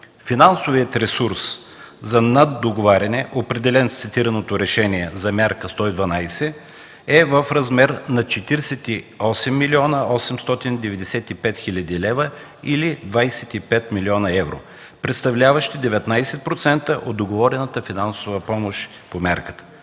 Финансовият ресурс за наддоговаряне, определен с цитираното решение за мярка 112, е в размер на 48 млн. 895 хил. лв. или 25 млн. евро, представляващи 19% от договорената финансова помощ по мярката.